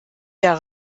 der